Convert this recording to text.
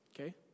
okay